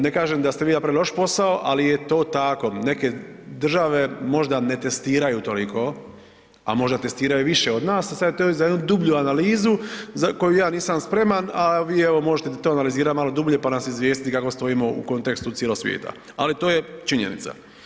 Ne kažem da ste vi napravili loš posao, ali je to tako, neke države možda ne testiraju toliko, a možda testiraju više od nas, sad je to za jednu dublju analizu za koju ja nisam spreman, a vi evo možete to analizirati malo dublje pa nas izvijestiti kako stojimo u kontekstu cijelog svijeta, ali to je činjenica.